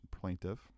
plaintiff